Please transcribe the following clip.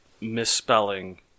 misspelling